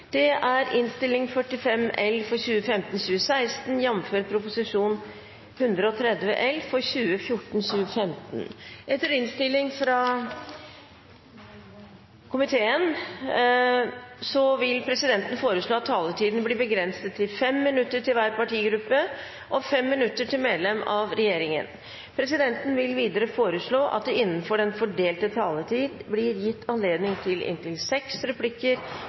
Etter ønske fra kommunal- og forvaltningskomiteen vil presidenten foreslå at taletiden blir begrenset til 5 minutter til hver partigruppe og 5 minutter til medlem av regjeringen. Videre vil presidenten foreslå at det blir gitt anledning til replikkordskifte på inntil seks replikker med svar etter innlegg fra medlemmer av regjeringen innenfor den fordelte taletid,